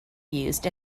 used